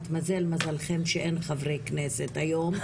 התמזל מזלכם שאין חברי כנסת היום,